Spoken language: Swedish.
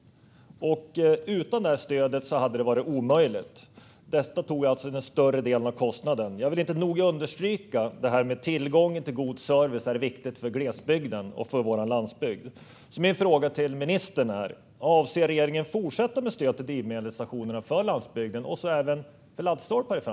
Utan det stödet hade det varit omöjligt. Det tog den större delen av kostnaden. Jag kan inte nog understryka detta att tillgång till god service är viktigt för glesbygden och för vår landsbygd. Min fråga till ministern är därför om regeringen avser att fortsätta med stöd till landsbygden för drivmedelsstationer och i framtiden även laddstolpar.